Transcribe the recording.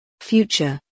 Future